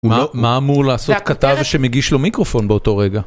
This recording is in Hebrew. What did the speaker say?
מה אמור לעשות כתב שמגיש לו מיקרופון באותו רגע?